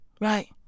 Right